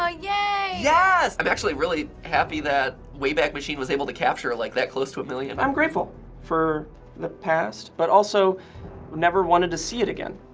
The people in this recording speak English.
aww, yay! yes! i'm actually really happy that wayback machine was able to capture like that close to a million. i'm grateful for the past, but also never wanted to see it again.